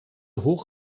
hoch